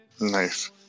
nice